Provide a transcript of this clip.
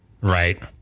Right